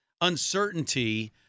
uncertainty